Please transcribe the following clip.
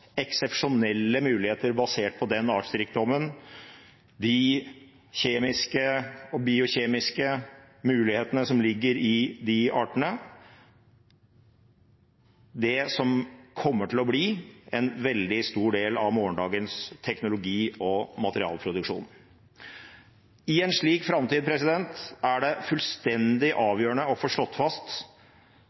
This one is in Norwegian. eksepsjonelle muligheter, basert på denne artsrikdommen – de kjemiske og biokjemiske mulighetene som ligger i de artene – det som kommer til å bli en veldig stor del av morgendagens teknologi og materialproduksjon. I en slik framtid er det fullstendig avgjørende å få slått fast